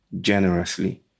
generously